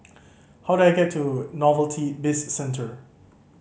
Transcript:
how do I get to Novelty Bizcentre